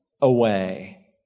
away